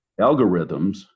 algorithms